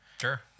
Sure